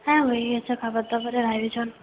হ্যাঁ হয়ে গেছে খাবার দাবারের আয়োজন